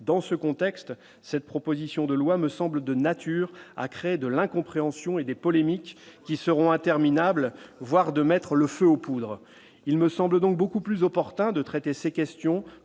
dans ce contexte, cette proposition de loi me semble de nature à créer de l'incompréhension et des polémiques qui seront interminables, voire de mettre le feu aux poudres il me semble donc beaucoup plus opportun de traiter ces questions